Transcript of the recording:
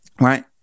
Right